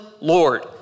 Lord